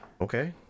okay